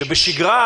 שבשגרה